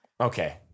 Okay